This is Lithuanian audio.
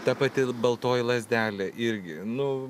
ta pati baltoji lazdelė irgi nu